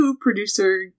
producer